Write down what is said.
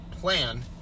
plan